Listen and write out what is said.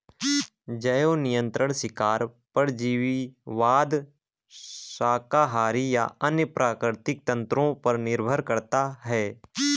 जैव नियंत्रण शिकार परजीवीवाद शाकाहारी या अन्य प्राकृतिक तंत्रों पर निर्भर करता है